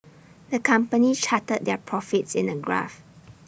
the company charted their profits in A graph